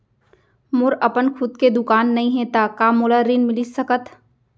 मोर अपन खुद के दुकान नई हे त का मोला ऋण मिलिस सकत?